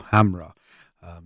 Hamra